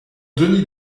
denys